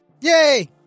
Yay